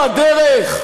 אתה, ג'מאל זחאלקה.